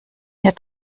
hier